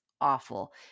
awful